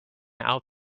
out